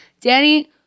Danny